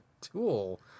tool